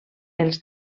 els